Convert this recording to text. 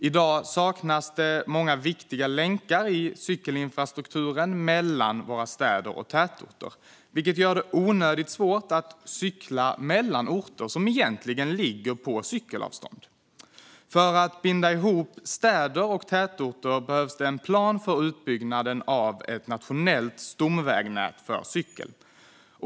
I dag saknas många viktiga länkar i cykelinfrastrukturen mellan våra städer och tätorter, vilket gör det onödigt svårt att cykla mellan orter som egentligen ligger på cykelavstånd. För att binda ihop städer och tätorter behövs en plan för utbyggnaden av ett nationellt stomvägnät för cykel.